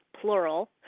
plural